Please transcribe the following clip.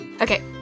Okay